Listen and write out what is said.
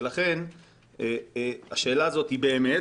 ולכן השאלה הזאת היא באמת,